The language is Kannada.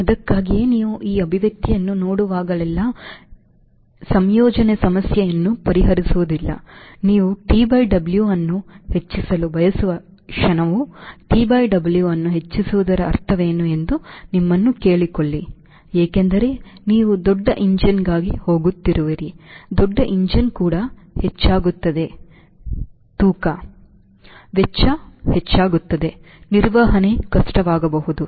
ಅದಕ್ಕಾಗಿಯೇ ನೀವು ಈ ಅಭಿವ್ಯಕ್ತಿಯನ್ನು ನೋಡುವಾಗಲೆಲ್ಲಾ ನಿಯೋಜನೆ ಸಮಸ್ಯೆಯನ್ನು ಪರಿಹರಿಸುವುದಿಲ್ಲ ನೀವು TW ಅನ್ನು ಹೆಚ್ಚಿಸಲು ಬಯಸುವ ಕ್ಷಣವು TW ಅನ್ನು ಹೆಚ್ಚಿಸುವುದರ ಅರ್ಥವೇನು ಎಂದು ನಿಮ್ಮನ್ನು ಕೇಳಿಕೊಳ್ಳಿ ಎಂದರೆ ನೀವು ದೊಡ್ಡ ಎಂಜಿನ್ಗಾಗಿ ಹೋಗುತ್ತಿರುವಿರಿ ದೊಡ್ಡ ಎಂಜಿನ್ ಕೂಡ ಹೆಚ್ಚಾಗುತ್ತದೆ ತೂಕ ವೆಚ್ಚ ಹೆಚ್ಚಾಗುತ್ತದೆ ನಿರ್ವಹಣೆ ಕಷ್ಟವಾಗಬಹುದು